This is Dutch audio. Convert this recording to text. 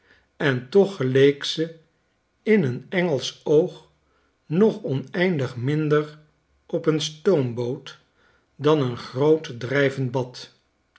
en toch geleek ze in een engelsch oog nogoneindig minder op een stoomboot dan een groot drijvend bad